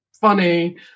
funny